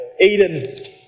Eden